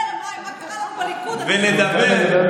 זכותכם לדבר בשקט.